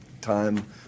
time